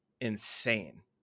insane